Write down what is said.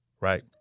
Right